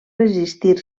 resistir